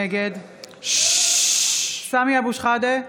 משה אבוטבול, נגד סמי אבו שחאדה,